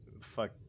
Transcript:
Fuck